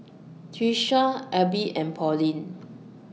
Tyesha Abie and Pauline